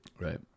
Right